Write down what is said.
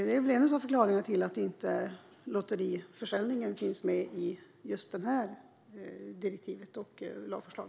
Det är väl en av förklaringarna till att inte lotteriförsäljningen finns med i just detta direktiv och lagförslag.